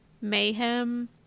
mayhem